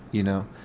you know.